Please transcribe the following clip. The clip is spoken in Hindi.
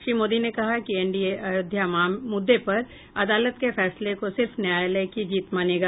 श्री मोदी ने कहा कि एनडीए अयोध्या मुद्दे पर अदालत के फैसले को सिर्फ न्याय की जीत मानेगा